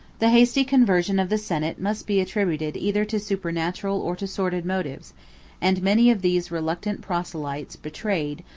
the hasty conversion of the senate must be attributed either to supernatural or to sordid motives and many of these reluctant proselytes betrayed,